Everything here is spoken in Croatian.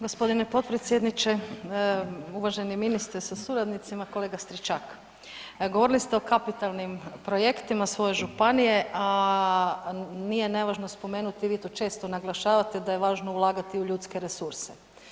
Gospodine potpredsjedniče, uvaženi ministre sa suradnicima, kolega Stričak, govorili ste o kapitalnim projektima svoje županije, a nije nevažno spomenuti vi to često naglašavate da je važno ulagati u ljudske resurse.